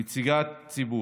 נציגת ציבור,